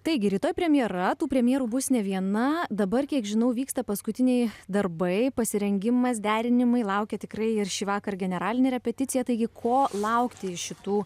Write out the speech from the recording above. taigi rytoj premjera tų premjerų bus ne viena dabar kiek žinau vyksta paskutiniai darbai pasirengimas derinimai laukia tikrai ir šįvakar generalinė repeticija taigi ko laukti iš šitų